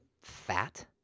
fat